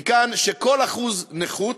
ומכאן שכל 1% נכות